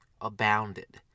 abounded